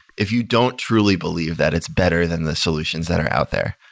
if you don't truly believe that, it's better than the solutions that are out there.